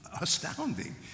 astounding